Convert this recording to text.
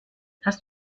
hast